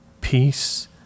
peace